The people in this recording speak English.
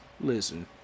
listen